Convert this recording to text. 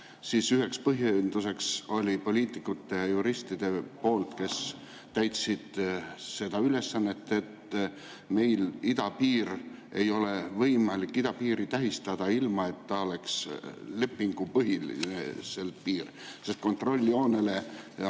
siis üks põhjendus oli poliitikute ja juristide poolt, kes täitsid seda ülesannet, et meil ei ole võimalik idapiiri tähistada, ilma et ta oleks lepingupõhine piir, sest kontrolljoonele